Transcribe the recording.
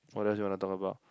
what else you wanna talk about